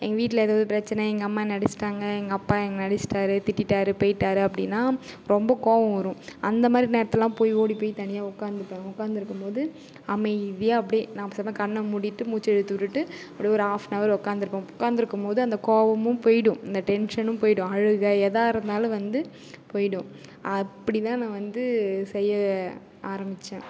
எங்கள் வீட்டில் ஏதாவது பிரச்சின எங்கள் அம்மா என்ன அடிச்சுட்டாங்க எங்கள் அப்பா என்ன அடிச்சுட்டாரு திட்டிட்டாரு போயிட்டாரு அப்படின்னா ரொம்ப கோவம் வரும் அந்தமாதிரி நேரத்துலெலாம் போய் ஓடி போய் தனியாக உக்கந்துப்பேன் உக்காந்துருக்கும் போது அமைதியா அப்டியே நா பேசாம கண்ண மூடிட்டு மூச்ச இழுத்து உட்டுட்டு அப்டியே ஒரு ஆஃப்பனவர் உட்காந்துருப்பேன் உட்காந்துருக்கும் போது அந்த கோவமும் போயிடும் அந்த டென்ஷனும் போயிடும் அழுகை எதாது இருந்தாலும் வந்து போயிடும் அப்படிதான் நான் வந்து செய்ய ஆரமித்தேன்